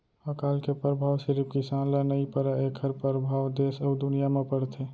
अकाल के परभाव सिरिफ किसान ल नइ परय एखर परभाव देस अउ दुनिया म परथे